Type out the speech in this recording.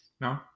no